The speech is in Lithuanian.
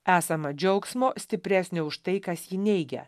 esama džiaugsmo stipresnio už tai kas jį neigia